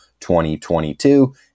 2022